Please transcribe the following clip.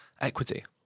equity